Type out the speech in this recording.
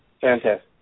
fantastic